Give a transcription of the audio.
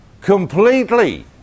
completely